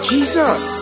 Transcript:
Jesus